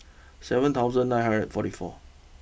seven thousand nine hundred forty four